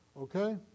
Okay